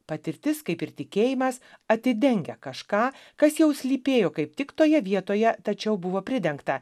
patirtis kaip ir tikėjimas atidengia kažką kas jau slypėjo kaip tik toje vietoje tačiau buvo pridengta